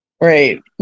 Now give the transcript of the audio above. Right